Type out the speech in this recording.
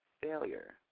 failure